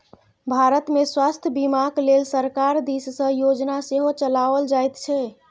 भारतमे स्वास्थ्य बीमाक लेल सरकार दिससँ योजना सेहो चलाओल जाइत छै